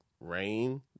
rain